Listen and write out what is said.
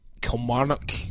Kilmarnock